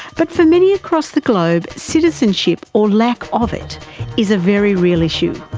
but for many across the globe, citizenship or lack of it is a very real issue.